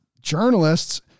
journalists